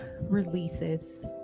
releases